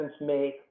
make